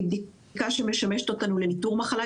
היא בדיקה שמשמשת אותנו לניטור מחלה,